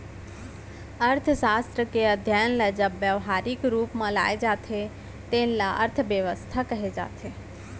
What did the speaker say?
अर्थसास्त्र के अध्ययन ल जब ब्यवहारिक रूप म लाए जाथे तेन ल अर्थबेवस्था कहे जाथे